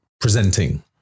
presenting